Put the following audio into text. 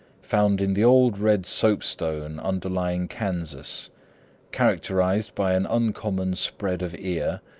found in the old red soapstone underlying kansas characterized by an uncommon spread of ear,